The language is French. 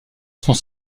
sont